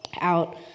out